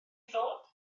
ddod